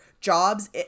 jobs